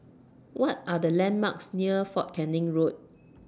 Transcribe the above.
What Are The landmarks near Fort Canning Road